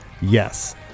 Yes